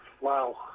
Wow